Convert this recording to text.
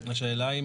השאלה היא,